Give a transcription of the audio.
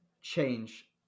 change